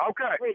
Okay